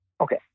Okay